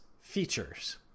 features